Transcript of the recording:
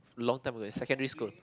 long time ago secondary school